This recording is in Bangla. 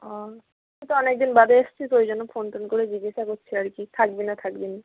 ও তুই তো অনেক দিন বাদে এসেছিস ওই জন্য ফোন টোন করে জিজ্ঞাসা করছি আর কি থাকবি না থাকবি না